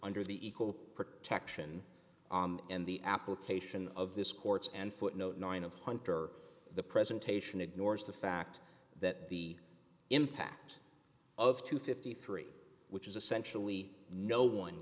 under the equal protection and the application of this courts and footnote nine of hunter the presentation ignores the fact that the impact of to fifty three dollars which is essentially no one